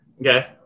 Okay